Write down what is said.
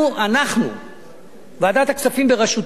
ועדת הכספים בראשותי,